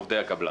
עובדי הקבלן.